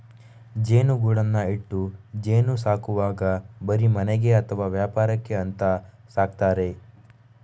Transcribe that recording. ಜೇನುಗೂಡನ್ನ ಇಟ್ಟು ಜೇನು ಸಾಕುವಾಗ ಬರೀ ಮನೆಗೆ ಅಥವಾ ವ್ಯಾಪಾರಕ್ಕೆ ಅಂತ ಸಾಕ್ತಾರೆ